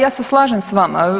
Ja se slažem sa vama.